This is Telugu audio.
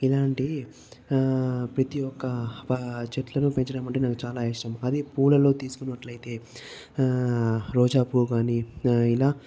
ఇలాంటి ప్రతి ఒక్క చెట్లను పెంచడం అంటే నాకు చాలా ఇష్టం అది పూలల్లో తీసుకున్నట్లయితే రోజా పువ్వు గాని ఇలా